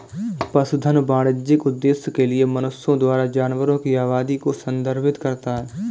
पशुधन वाणिज्यिक उद्देश्य के लिए मनुष्यों द्वारा जानवरों की आबादी को संदर्भित करता है